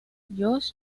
josh